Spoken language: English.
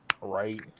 Right